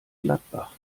gladbach